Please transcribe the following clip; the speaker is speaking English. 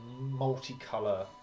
multicolour